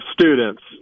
students